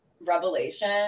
revelation